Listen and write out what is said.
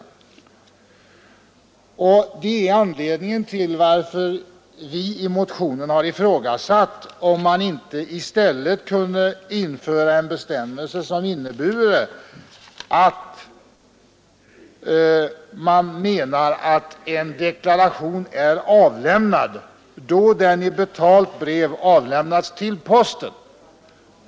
Det är anledningen till att vi i motionen har ifrågasatt om man inte i stället kunde införa en bestämmelse som innebure att deklaration är avlämnad då den i betalt brev avlämnats till posten.